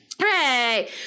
Hooray